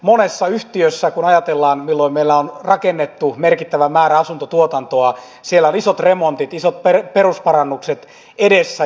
monessa yhtiössä kun ajatellaan milloin meillä on rakennettu merkittävä määrä asuntotuotantoa on isot remontit isot perusparannukset edessä